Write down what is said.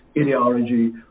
ideology